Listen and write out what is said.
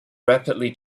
rapidly